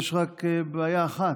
יש רק בעיה אחת,